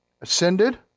ascended